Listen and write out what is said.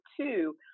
two